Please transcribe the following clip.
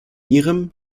ihrem